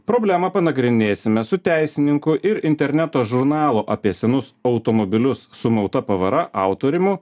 problemą panagrinėsime su teisininku ir interneto žurnalo apie senus automobilius sumauta pavara autorimu